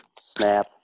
Snap